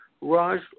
Raj